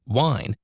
wine,